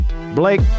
Blake